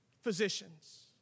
Physicians